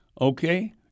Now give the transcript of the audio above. Okay